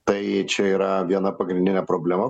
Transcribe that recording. tai čia yra viena pagrindinė problema